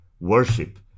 worship